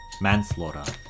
manslaughter